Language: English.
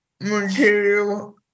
material